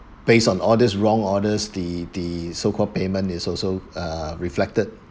based on orders wrong orders the the so-called payment is also uh reflected